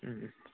ꯎꯝ ꯎꯝ